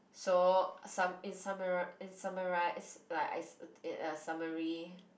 so in in summarise like summary